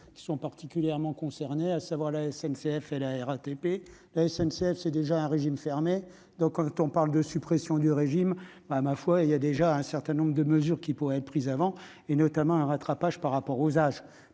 qui sont particulièrement concernés, à savoir la SNCF et la RATP, la SNCF, c'est déjà un régime fermé, donc quand on parle de suppression du régime ben ma foi, il y a déjà un certain nombre de mesures qui pourraient être prises avant et notamment un rattrapage par rapport aux âges